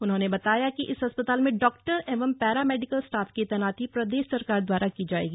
उन्होने बताया कि इस अस्पताल में डॉक्टर एवं पैरामेडिकल स्टॉफ की तैनाती प्रदेश सरकार द्वारा की जायेगी